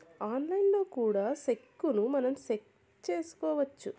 ఆన్లైన్లో కూడా సెక్కును మనం చెక్ చేసుకోవచ్చు